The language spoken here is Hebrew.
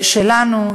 שלנו.